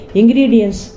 ingredients